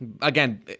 Again